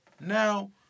Now